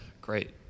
great